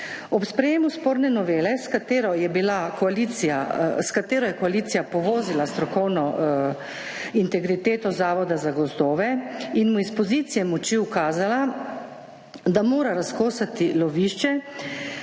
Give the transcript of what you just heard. Ob sprejemu sporne novele, s katero je koalicija povozila strokovno integriteto Zavoda za gozdove in mu iz pozicije moči ukazala, da mora razkosati lovišče